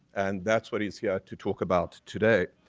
and that's what he's here to talk about today.